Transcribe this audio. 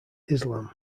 islam